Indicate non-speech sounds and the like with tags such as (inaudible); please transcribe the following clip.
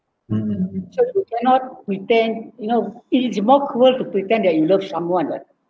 (noise) so cannot pretend you know it is more cruel to pretend that you love someone [what]